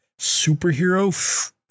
superhero